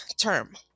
term